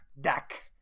deck